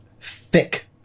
Thick